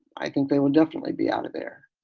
i think they will definitely be out of there.